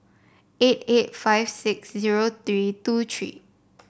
eight eight five six zero three two three